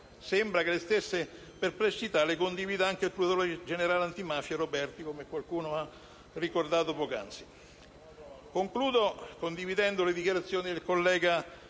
Sembra che le stesse perplessità siano condivise anche dal procuratore generale antimafia Roberti, come qualcuno ha ricordato poc'anzi. Condivido le dichiarazioni del collega